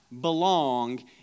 belong